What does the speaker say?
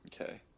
Okay